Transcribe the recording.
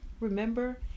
Remember